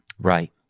Right